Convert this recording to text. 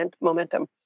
momentum